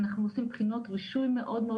אנחנו עושים בחינות רישוי מאוד מאוד